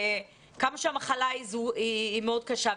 כמה שהמחלה היא מאוד קשה,